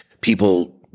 people